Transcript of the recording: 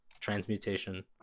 transmutation